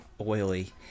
Oily